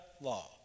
law